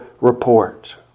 report